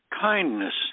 kindness